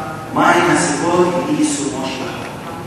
ומה הן הסיבות לאי-יישומו של החוק?